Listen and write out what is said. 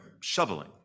shoveling